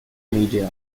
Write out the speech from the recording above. media